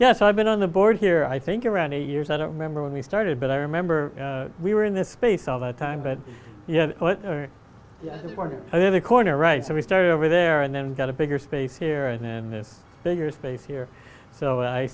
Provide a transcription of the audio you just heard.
yes i've been on the board here i think around eight years i don't remember when we started but i remember we were in the space all the time but yeah so the other corner right so we started over there and then got a bigger space here and in this bigger space here so i